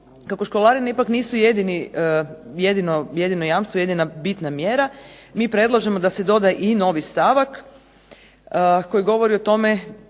kako školarine ipak nisu jedino jamstvo, jedina bitna mjera, mi predlažemo da se doda i novi stavak koji govori o tome